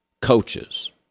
coaches